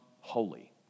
holy